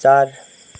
चार